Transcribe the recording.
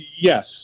yes